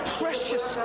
precious